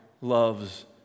loves